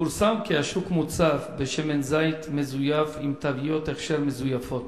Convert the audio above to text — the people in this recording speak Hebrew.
פורסם כי השוק מוצף בשמן זית מזויף עם תוויות הכשר מזויפות.